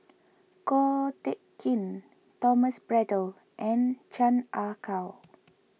Ko Teck Kin Thomas Braddell and Chan Ah Kow